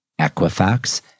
Equifax